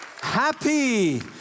Happy